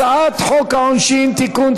הצעת חוק העונשין (תיקון,